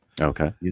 Okay